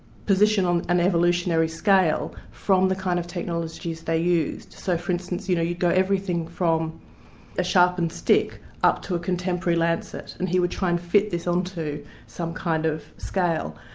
position on an evolutionary scale, from the kind of technologies they used. so for instance, you know you've got everything from a sharpened stick up to a contemporary lancet, and he would try and fit this on to some kind of scale.